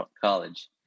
college